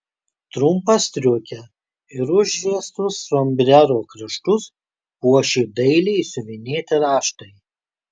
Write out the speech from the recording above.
trumpą striukę ir užriestus sombrero kraštus puošė dailiai išsiuvinėti raštai